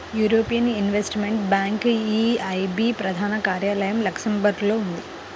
European investment bank EIB ప్రధాన కార్యాలయం లక్సెంబర్గ్లో ఉంది